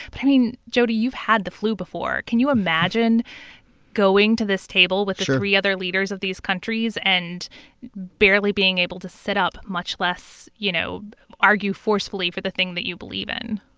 but, i mean, jody, you've had the flu before. can you imagine going to this table with the three other leaders of these countries and barely being able to sit up much less you know argue forcefully for the thing that you believe in?